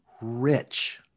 rich